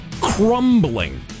crumbling